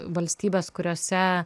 valstybes kuriose